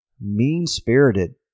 mean-spirited